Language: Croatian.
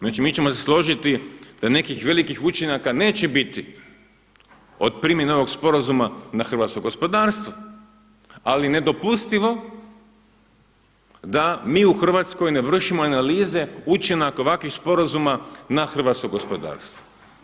Znači mi ćemo se složiti da nekih velikih učinaka neće biti od primjene ovog sporazuma na hrvatsko gospodarstvo, ali nedopustivo da mi u Hrvatskoj ne vršimo analize učinaka ovakvih sporazuma na hrvatsko gospodarstvo.